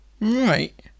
Right